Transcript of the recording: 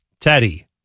Teddy